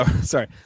sorry